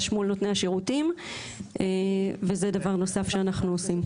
מול נותני השירותים וזה דבר נוסף שאנחנו עושים.